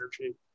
energy